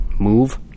move